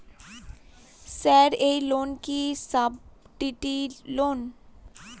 Sir এই loan কি subsidy loan?